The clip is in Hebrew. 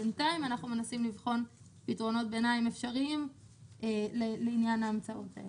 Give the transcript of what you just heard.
בינתיים אנחנו מנסים לבחון פתרונות ביניים אפשריים לעניין ההמצאות האלה.